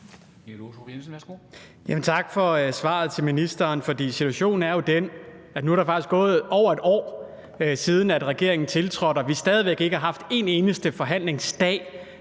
Tak til ministeren for svaret. Situationen er jo den, at der nu faktisk er gået over et år, siden regeringen tiltrådte, og vi har stadig væk ikke haft en eneste forhandlingsdag